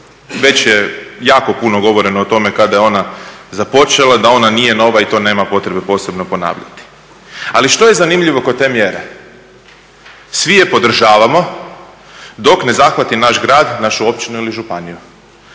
Već je jako puno govoreno o tome kada je ona započela, da ona nije nova i to nema potrebe posebno ponavljati. Ali što je zanimljivo kod te mjere? Svi je podržavamo dok ne zahvati naš grad, našu općinu ili županiju.